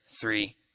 three